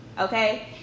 okay